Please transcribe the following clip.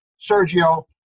Sergio